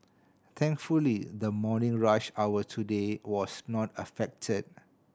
thankfully the morning rush hour today was not affected